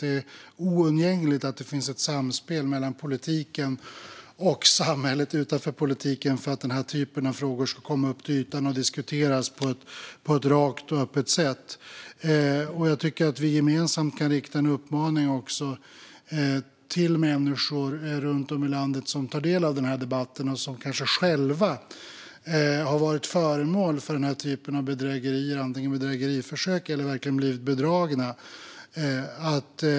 Det är oundgängligt att det finns ett samspel mellan politiken och samhället utanför politiken för att den här typen av frågor ska komma upp till ytan och diskuteras på ett rakt och öppet sätt. Jag tycker också att vi gemensamt kan rikta en uppmaning till människor runt om i landet som tar del av debatten och som kanske själva har varit föremål för den här typen av bedrägerier, antingen bedrägeriförsök eller att verkligen ha blivit bedragna.